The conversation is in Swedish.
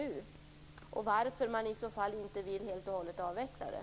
Varför vill man i så fall inte helt och hållet avveckla det?